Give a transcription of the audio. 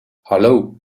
hallo